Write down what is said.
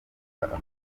amakosa